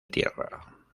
tierra